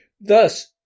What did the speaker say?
Thus